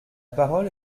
parole